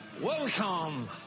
Welcome